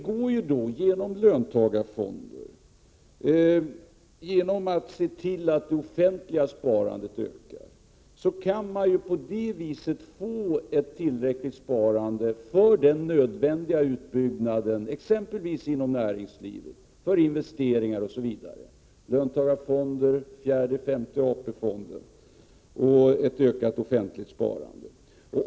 Genom att se till att det offentliga sparandet ökar kan man få ett tillräckligt sparande för den nödvändiga utbyggnaden inom exempelvis näringslivet, för investeringar osv. — genom löntagarfonder, fjärde och femte AP-fonden och ett ökat offentligt sparande.